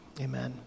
Amen